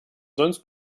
sonst